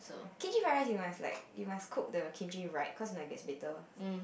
kimchi fried rice you must like you must cook the kimchi right cause if not it gets bitter